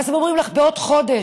ואז הם אומרים לך: בעוד חודש.